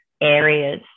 areas